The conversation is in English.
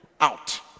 out